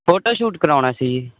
photo shoot ਕਰਾਉਣਾ ਸੀ